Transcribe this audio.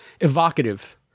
evocative